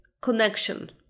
connection